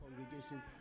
congregation